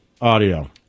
audio